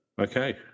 Okay